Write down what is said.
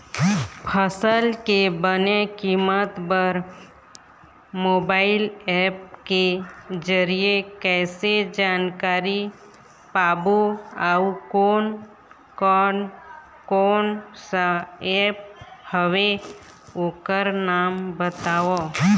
फसल के बने कीमत बर मोबाइल ऐप के जरिए कैसे जानकारी पाबो अउ कोन कौन कोन सा ऐप हवे ओकर नाम बताव?